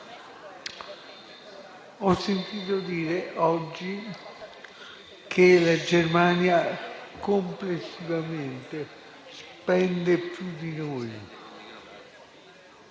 Ho sentito dire oggi che la Germania complessivamente spende più di noi.